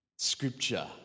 Scripture